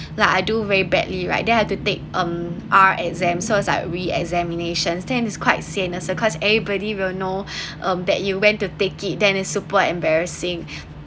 like I do very badly right then I have to take um re-exam so it's like re-examination then is quite sadness cause everybody will know um that you went to take it then is super embarrassing